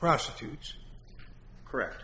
prostitutes correct